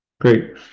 great